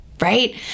right